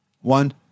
one